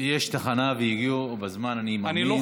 יש תחנה והגיעו בזמן, אני מאמין.